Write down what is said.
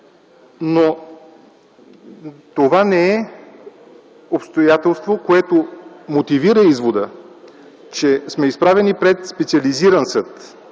Но това не е обстоятелство, което мотивира извода, че сме изправени пред извънреден съд,